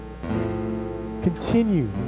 continue